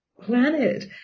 planet